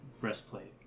breastplate